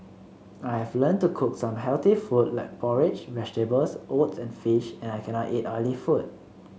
I have learned to cook some healthy food like porridge vegetables oats and fish and I cannot eat oily food